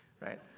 right